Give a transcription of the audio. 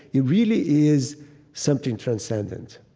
it really is something transcendent